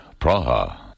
Praha